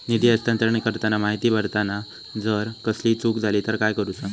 निधी हस्तांतरण करताना माहिती भरताना जर कसलीय चूक जाली तर काय करूचा?